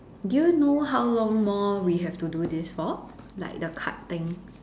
do you know how long more we have to do this for like the card thing